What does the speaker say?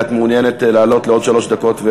את מעוניינת לעלות לעוד שלוש דקות?